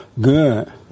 Good